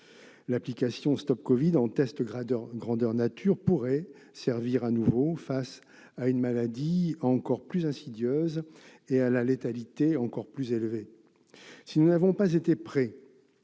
L'application StopCovid testée en grandeur nature pourrait servir à nouveau face à une maladie encore plus insidieuse et à la létalité encore plus élevée. Si nous n'avons pas été prêts